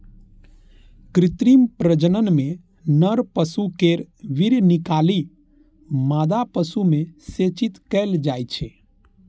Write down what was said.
कृत्रिम प्रजनन मे नर पशु केर वीर्य निकालि मादा पशु मे सेचित कैल जाइ छै